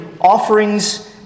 offerings